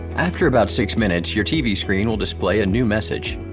after about six minutes, your tv screen will display a new message.